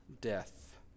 death